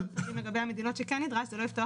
--- לגבי מדינות שכן נדרש, זה לא יפתור